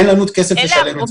אין לנו כסף לשלם.